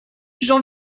j’en